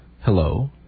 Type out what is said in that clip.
hello